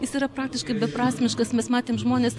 jis yra praktiškai beprasmiškas mes matėm žmones